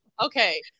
Okay